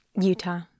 Utah